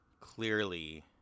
clearly